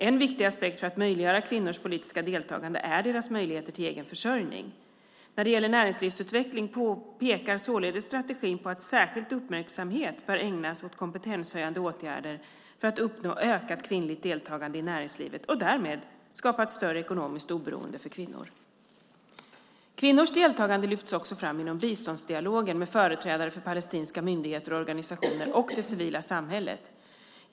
En viktig aspekt för att möjliggöra kvinnors politiska deltagande är deras möjlighet till egen försörjning. När det gäller näringslivsutveckling pekar således strategin på att särskild uppmärksamhet bör ägnas åt kompetenshöjande åtgärder för att uppnå ökat kvinnligt deltagande i näringslivet och därmed skapa ett större ekonomiskt oberoende för kvinnor. Kvinnors deltagande lyfts också fram inom biståndsdialogen med företrädare för palestinska myndigheter och organisationer och det civila samhället.